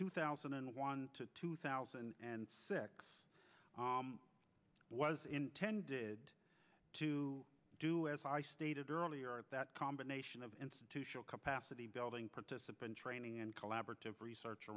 two thousand and one to two thousand and six was intended to do as i stated earlier that combination of institutional capacity building participant training and collaborative research